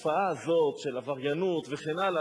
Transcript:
התופעה הזאת של עבריינות וכן הלאה,